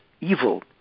evil